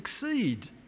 succeed